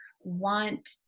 want